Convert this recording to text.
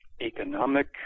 economic